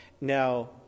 Now